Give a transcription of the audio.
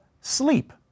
sleep